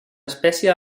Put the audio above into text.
espècie